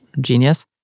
genius